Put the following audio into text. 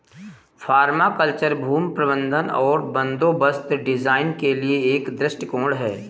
permaculture भूमि प्रबंधन और बंदोबस्त डिजाइन के लिए एक दृष्टिकोण है